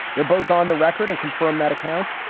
they're both on the record and confirm that account.